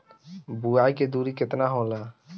बुआई के दुरी केतना होला?